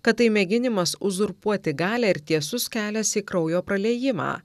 kad tai mėginimas uzurpuoti galią ir tiesus kelias į kraujo praliejimą